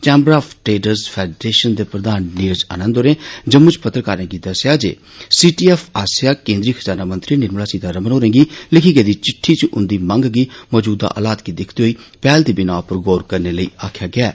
chamber of traders federation दे प्रघान नीरज आनंद होरे जम्मू च पत्रकारें गी दस्सेआ जे सी टी एफ आस्सेआ केन्द्रीय खजाना मंत्री निर्मला सीतारमण होरें गी लिखी गेदी विट्ठी च उन्दी मंग गी मौजूदा हालात गी दिक्खदे होई पैहल दी बिनाह उप्पर गौर करने लेई आक्खेआ गेआ ऐ